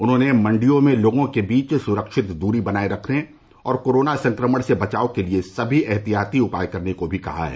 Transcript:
उन्होंने मंडियों में लोगों के बीच सुरक्षित दूरी बनाए रखने और कोरोना संक्रमण से बचाव के लिए सभी एहतियाती उपाय करने को भी कहा है